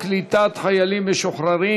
37 בעד, אין מתנגדים, אין נמנעים.